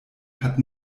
hat